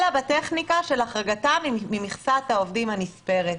אלא בטכניקה של החרגתם ממכסת העובדים הנספרת.